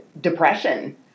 depression